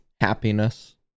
happiness